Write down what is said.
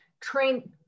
train